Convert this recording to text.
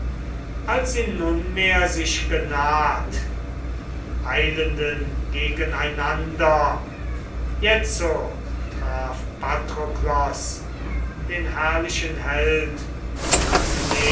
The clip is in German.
als sie nunmehr sich genaht die eilenden gegeneinander jetzo traf patroklos den herrlichen held